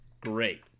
Great